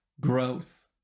growth